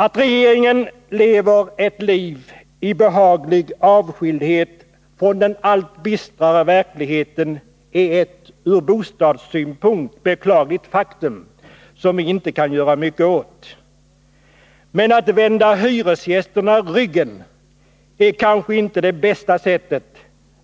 Att regeringen lever ett liv i behaglig avskildhet från den allt bistrare verkligheten är ett ur bostadssynpunkt beklagligt faktum som vi inte kan göra mycket åt. Men att vända hyresgästerna ryggen är kanske inte det bästa sättet